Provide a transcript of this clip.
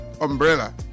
umbrella